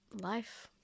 Life